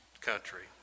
country